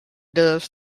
does